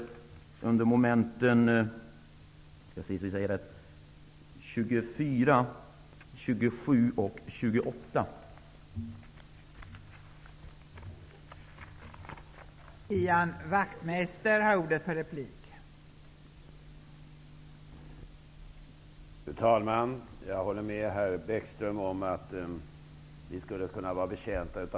beträffande kontroll av nedskrivningarna att riksdagen med bifall till motion 1992 93:N279 yrkande 15 som sin mening ger regeringen till känna vad i motionen anförts om att Bankstödsnämnden skall kunna kräva att ledningspersonal avskedas, 28.